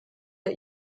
der